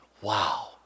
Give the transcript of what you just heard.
Wow